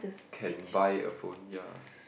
can buy a phone ya